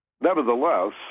Nevertheless